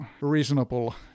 reasonable